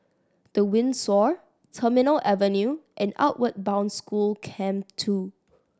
The Windsor Terminal Avenue and Outward Bound School Camp Two